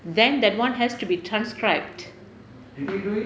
then that [one] has to be transcribed